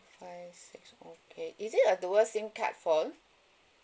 five six okay is it a dual SIM card phone